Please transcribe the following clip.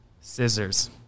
Scissors